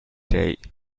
said